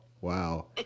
wow